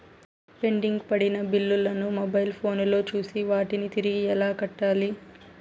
pending పడిన బిల్లులు ను మొబైల్ ఫోను లో చూసి వాటిని తిరిగి ఎలా కట్టాలి